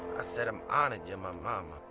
i said i'm honored. you're my mama